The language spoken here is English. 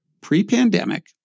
Pre-pandemic